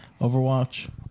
Overwatch